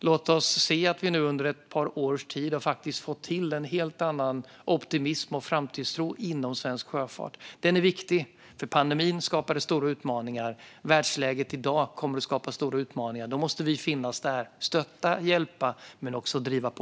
Låt oss se att vi nu under ett par års tid har fått till en helt annan optimism och framtidstro inom svensk sjöfart. Den är viktig, för pandemin skapade stora utmaningar. Världsläget i dag kommer att skapa stora utmaningar. Då kommer vi att finnas där, stötta och hjälpa men också driva på.